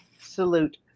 salute